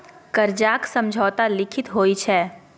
करजाक समझौता लिखित होइ छै